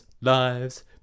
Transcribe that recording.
lives